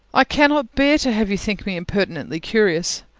i cannot bear to have you think me impertinently curious.